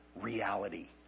reality